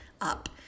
up